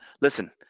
listen